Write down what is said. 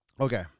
Okay